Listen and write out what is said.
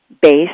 base